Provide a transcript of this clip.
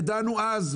ידענו אז,